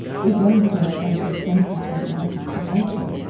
you're going to go places senses don't like you to go to.